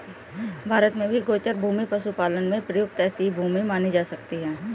भारत में भी गोचर भूमि पशुपालन में प्रयुक्त ऐसी ही भूमि मानी जा सकती है